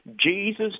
Jesus